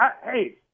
Hey